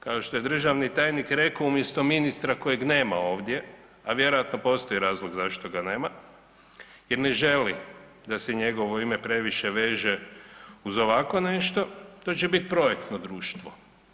Kao što je državni tajnik rekao umjesto ministra kojeg ministra kojeg nema ovdje a vjerojatno postoji razlog zašto ga nema, jer ne želi da se njegovo ime previše veže uz ovako nešto, to će bit projektno društvo.